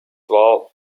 war